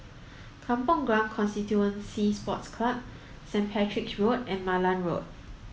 Kampong Glam Constituency Sports Club Saint Patrick's Road and Malan Road